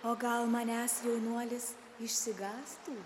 o gal manęs jaunuolis išsigąstų